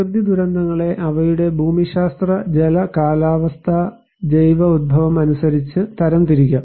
പ്രകൃതിദുരന്തങ്ങളെ അവയുടെ ഭൌമശാസ്ത്ര ജല കാലാവസ്ഥാ ജൈവ ഉത്ഭവം അനുസരിച്ച് തരം തിരിക്കാം